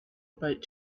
about